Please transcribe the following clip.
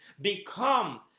become